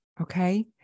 okay